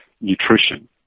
nutrition